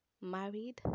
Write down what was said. married